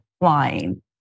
flying